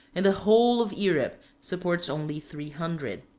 and the whole of europe supports only three hundred.